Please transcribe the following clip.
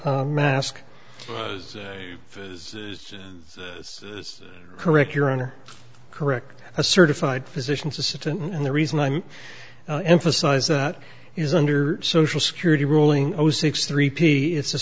p mask is correct your honor correct a certified physician's assistant and the reason i'm emphasize that is under social security ruling six three p it's a